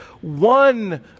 one